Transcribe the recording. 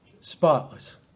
Spotless